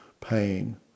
pain